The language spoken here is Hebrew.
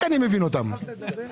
הסתייגויות.